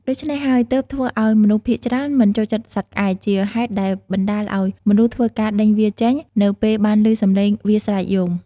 ដូច្នេះហើយទើបធ្វើឱ្យមនុស្សភាគច្រើនមិនចូលចិត្តសត្វក្អែក ជាហេតុដែលបណ្តាលឲ្យមនុស្សធ្វើការដេញវាចេញ នៅពេលបានឮសម្លេងវាស្រែកយំ។